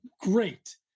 great